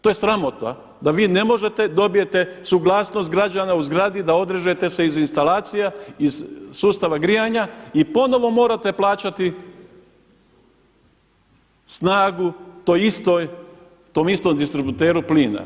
To je sramota, da vi ne možete dobijete suglasnost građana u zgradi da odrežete se iz instalacija iz sustava grijanja i ponovo morate plaćati snagu tom istom distributeru plina.